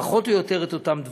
פחות או יותר את אותם דברים.